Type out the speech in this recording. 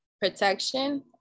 protection